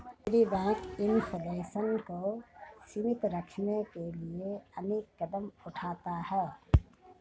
केंद्रीय bank inflation को सीमित रखने के लिए अनेक कदम उठाता है